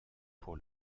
pour